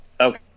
Okay